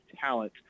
talent